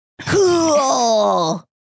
Cool